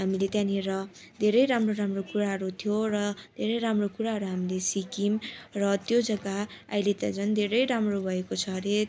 हामीले त्यहाँनिर धेरै राम्रो राम्रो कुराहरू थियो र धेरै राम्रो कुराहरू हामीले सिक्यौँ र त्यो जग्गा अहिले त झन् धेरै राम्रो भएको छ अरे